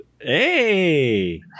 Hey